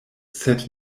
sed